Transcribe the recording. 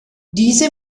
diese